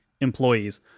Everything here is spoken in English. employees